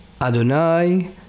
Adonai